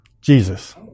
Jesus